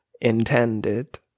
intended